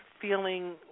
feeling